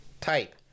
type